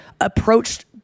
approached